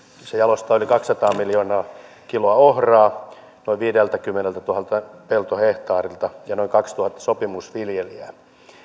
se jalostaa yli kaksisataa miljoonaa kiloa ohraa noin viideltäkymmeneltätuhannelta peltohehtaarilta ja noin kaksituhatta sopimusviljelijää